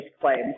claims